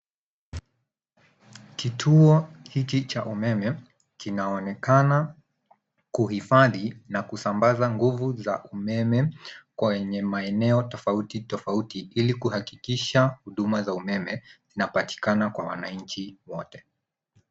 Kituo hiki cha umeme kinaonekana kuhifadhi na kusambaza nguvu za umeme kwenye maeneo tofauti tofauti ili kuhakikisha huduma za umeme inapatikana wa wananchi wote.